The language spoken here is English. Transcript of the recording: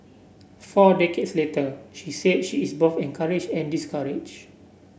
four decades later she said she is both encouraged and discouraged